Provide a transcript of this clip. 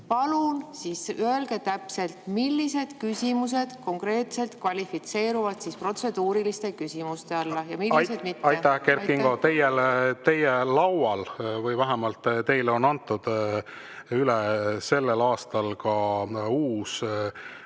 Palun öelge täpselt, millised küsimused konkreetselt kvalifitseeruvad protseduuriliste küsimuste alla ja millised mitte. Aitäh, Kert Kingo! Teie laual on või vähemalt teile on sellel aastal antud uus